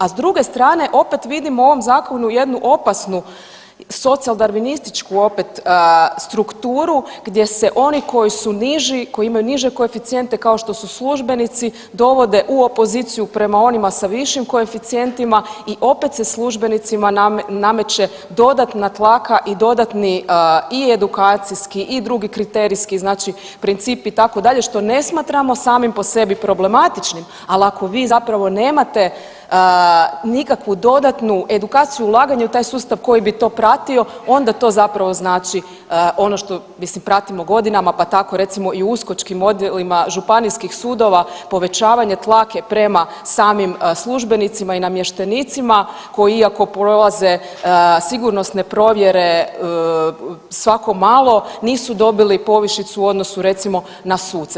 A s druge stane opet vidimo u ovom zakonu jednu opasnu socijaldarvinističku opet strukturu gdje se oni koji su niži, koji imaju niže koeficijente kao što su službenici dovode u opoziciju prema onima sa višim koeficijentima i opet se službenicima nameće dodatna tlaka i dodatna i edukacijski i drugi kriterijski znači princip itd., što ne smatramo samim po sebi problematičnim, ali ako vi zapravo nemate nikakvu dodatnu edukaciju, ulaganje u taj sustav koji bi to pratio onda to zapravo znači ono što mislim pratimo godinama pa tako recimo i u uskočkim odjelima županijskih sudova povećavanje tlake prema samim službenicima i namještenicima koji iako prolaze sigurnosne provjere svako malo nisu dobili povišicu u odnosu recimo na suce.